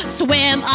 swim